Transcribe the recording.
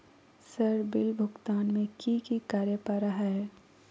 Sir bill भुगतान में की की कार्य पर हहै?